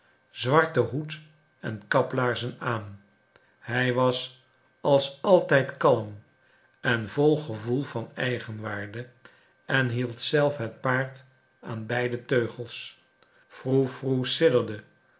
zwarten hoed en kaplaarzen hij was als altijd kalm en vol gevoel van eigenwaarde en hield zelf het paard aan beide teugels